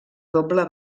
doble